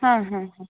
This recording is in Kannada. ಹಾಂ ಹಾಂ ಹಾಂ